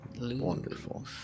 Wonderful